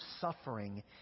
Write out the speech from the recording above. suffering